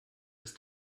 ist